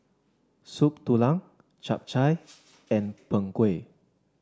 Soup Tulang Chap Chai and Png Kueh